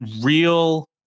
real